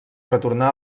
retornà